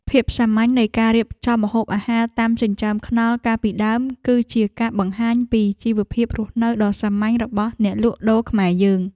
ភាពសាមញ្ញនៃការរៀបចំម្ហូបអាហារតាមចិញ្ចើមថ្នល់កាលពីដើម គឺជាការបង្ហាញពីជីវភាពរស់នៅដ៏សាមញ្ញរបស់អ្នកលក់ដូរខ្មែរយើង។